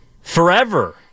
forever